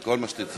כל מה שתרצה.